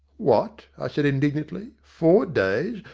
what! i said indignantly, four days!